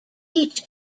each